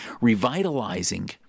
Revitalizing